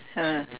ah